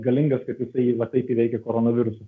galingas kad jisai va taip įveikė koronavirusą